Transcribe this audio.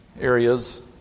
areas